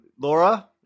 Laura